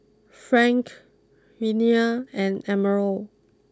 Frank Renea and Emerald